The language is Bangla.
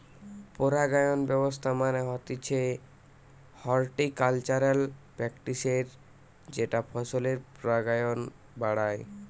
পরাগায়ন ব্যবস্থা মানে হতিছে হর্টিকালচারাল প্র্যাকটিসের যেটা ফসলের পরাগায়ন বাড়ায়